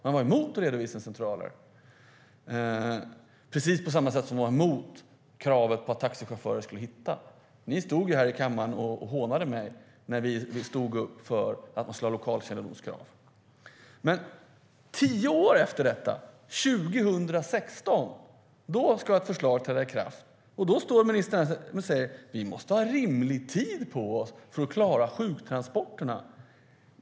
Man var emot redovisningscentraler precis på samma sätt som man var emot kravet på att taxichaufförer skulle hitta. Ni stod här i kammaren och hånade mig när vi stod upp för att det skulle vara krav på att taxichaufförerna skulle ha lokalkännedom. Men tio år efter detta - 2016 - då ska ett förslag träda i kraft. Ministern står här och säger: Vi måste ha rimlig tid på oss för att klara sjuktransporterna.